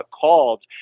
called